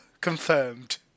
Confirmed